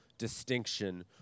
distinction